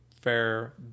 fair